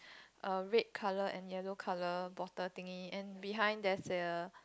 a red colour and yellow colour bottle thingy and behind there's a